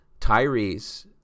Tyrese